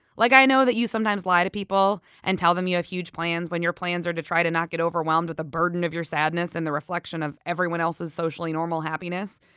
like, i know that you sometimes lie to people and tell them you have huge plans when your plans are to try to not get overwhelmed with the burden of your sadness and the reflection of everyone else's socially normal happiness.